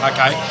Okay